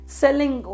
selling